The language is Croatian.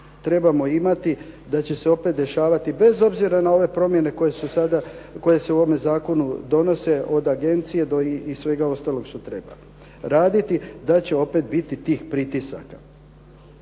trebamo imati da će se opet dešavati bez obzira na ove promjene koje su sada, koje se u ovome zakonu donose od agencije i svega ostalog što treba raditi da će opet biti tih pritisaka.